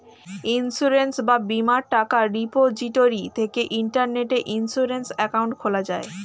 insurance বা বীমার টাকা রিপোজিটরি থেকে ইন্টারনেটে ইন্সুরেন্স অ্যাকাউন্ট খোলা যায়